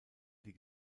die